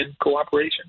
cooperation